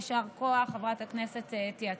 יישר כוח לחברת הכנסת אתי עטייה.